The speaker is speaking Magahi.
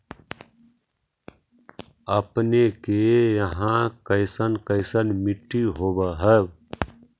अपने के यहाँ कैसन कैसन मिट्टी होब है?